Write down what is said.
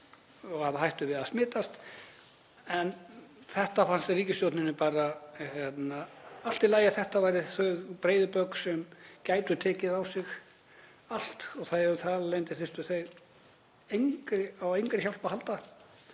í hættu að smitast. En þetta fannst ríkisstjórninni bara allt í lagi, þetta væru þau breiðu bök sem gætu tekið á sig allt og þar af leiðandi þyrftu þau á engri hjálp að halda.